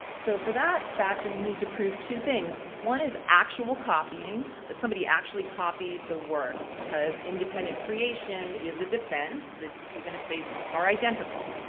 so for that factor, you need to prove two things. one is actual copying, that somebody actually copied the work because independent creation is a defense even if they are identical,